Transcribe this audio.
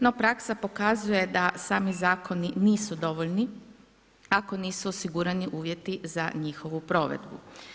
No praksa pokazuje da sami zakoni nisu dovoljni ako nisu osigurani uvjeti za njihovu provedbu.